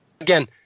again